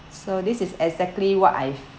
so this is exactly what I've